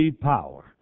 power